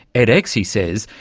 edx, he says,